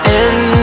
end